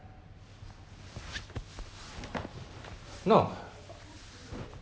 no